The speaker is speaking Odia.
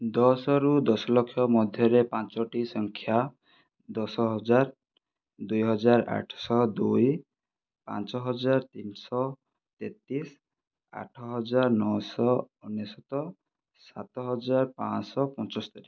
ଦଶରୁ ଦଶଲକ୍ଷ ମଧ୍ୟରେ ପାଞ୍ଚୋଟି ସଂଖ୍ୟା ଦଶ ହଜାର ଦୁଇହଜାର ଆଠଶହ ଦୁଇ ପାଞ୍ଚହଜାର ତିନିଶହ ତେତିଶ ଆଠହଜାର ନଅଶହ ଅନେଶତ ସାତହଜାର ପାଞ୍ଚଶହ ପଞ୍ଚସ୍ତରୀ